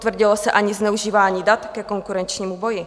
Nepotvrdilo se ani zneužívání dat ke konkurenčnímu boji.